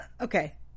Okay